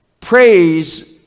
Praise